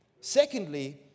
Secondly